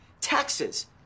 taxes